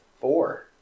four